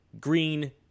green